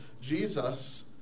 Jesus